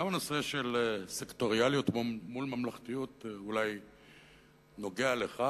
גם הנושא של סקטוריאליות מול ממלכתיות אולי נוגע לך.